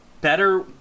better